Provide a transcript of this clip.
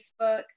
Facebook